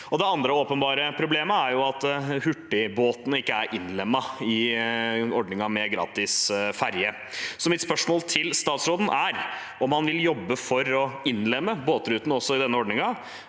Det andre åpenbare problemet er at hurtigbåtene ikke er innlemmet i ordningen med gratis ferje. Så mitt spørsmål til statsråden er om han vil jobbe for å innlemme båtrutene i denne ordningen,